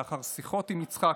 לאחר שיחות עם יצחקי,